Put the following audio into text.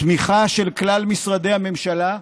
תמיכה של כלל משרדי הממשלה,